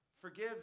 forgive